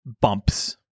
bumps